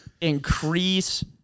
increase